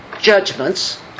judgments